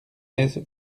aise